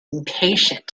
impatient